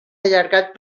allargat